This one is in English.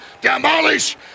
demolish